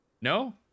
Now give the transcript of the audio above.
No